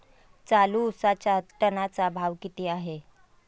चालू उसाचा टनाचा भाव किती आहे?